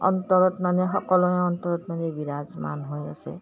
অন্তৰত মানে সকলোৱে অন্তৰত মানে বিৰাজমান হৈ আছে